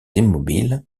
immobiles